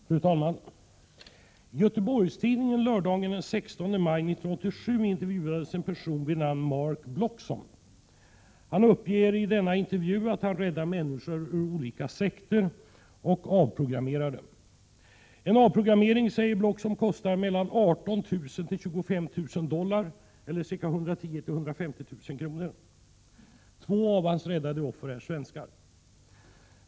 Fru talman! I Göteborgs-Tidningen lördagen den 16 maj 1987 intervjuades en person vid namn Mark Blocksom. Han uppger i denna intervju att han räddar människor ur olika sekter och avprogrammerar dem. En avprogrammering kostar mellan 18 000 och 25 000 dollar, eller ca 110 000 till 150 000 kr., säger han. Två av hans räddade offer är svenskar.